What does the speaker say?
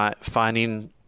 finding